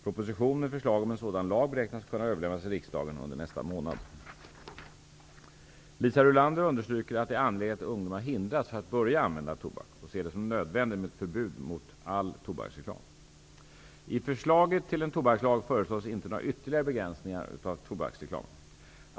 Proposition med förslag om en sådan lag beräknas kunna överlämnas till riksdagen under nästa månad. Liisa Rulander understryker att det är angeläget att ungdomar hindras från att börja använda tobak och ser det som nödvändigt med ett förbud mot all tobaksreklam. I förslaget till en tobakslag föreslås inte några ytterligare begränsningar av tobaksreklamen.